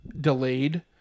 delayed